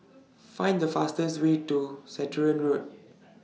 Find The fastest Way to Stratton Road